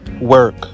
Work